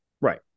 Right